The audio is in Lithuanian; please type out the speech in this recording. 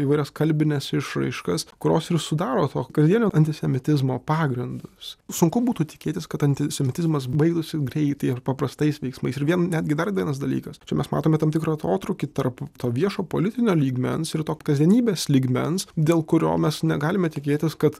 įvairias kalbines išraiškas kurios ir sudaro to kasdienio antisemitizmo pagrindus sunku būtų tikėtis kad antisemitizmas baigtųsi greitai ar paprastais veiksmais ir vien netgi dar vienas dalykas čia mes matome tam tikrą atotrūkį tarp to viešo politinio lygmens ir to kasdienybės lygmens dėl kurio mes negalime tikėtis kad